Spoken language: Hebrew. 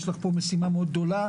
יש לך פה משימה מאוד גדולה,